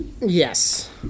Yes